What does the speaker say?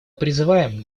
призываем